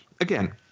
again